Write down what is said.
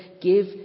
Give